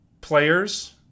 players